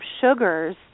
sugars